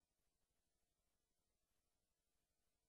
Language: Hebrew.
בשדרות,